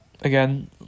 Again